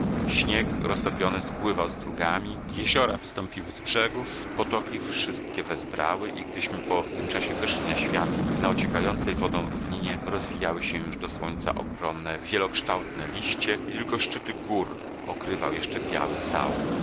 śnieg roztopiony spływał strugami jeziora wystąpiły z brzegów potoki wszystkie wezbrały i gdyśmy po tym czasie wyszli na świat na ociekającej wodą równinie rozwijały się już do słońca ogromne wielokształtne liście i tylko szczyty gór okrywał jeszcze biały całun